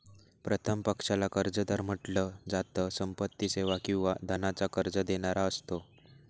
प्रथम पक्षाला कर्जदार म्हंटल जात, संपत्ती, सेवा किंवा धनाच कर्ज देणारा असतो